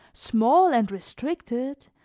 small and restricted,